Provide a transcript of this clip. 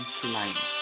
flying